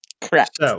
Correct